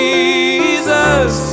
Jesus